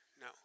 No